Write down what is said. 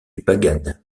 bagad